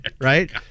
right